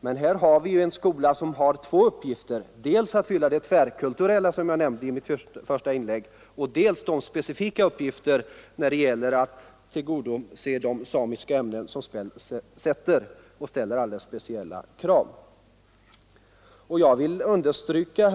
Men här har vi en folkhögskola med två uppgifter — dels de tvärkulturella, som jag nämnde i mitt första inlägg, dels de specifika uppgifterna att tillgodose de samiska ämnen som ställer alldeles speciella krav. Jag vill till sist understryka